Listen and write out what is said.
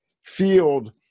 field